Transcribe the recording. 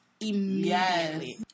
immediately